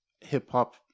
hip-hop